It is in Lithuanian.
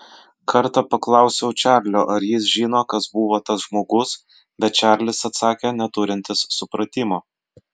kartą paklausiau čarlio ar jis žino kas buvo tas žmogus bet čarlis atsakė neturintis supratimo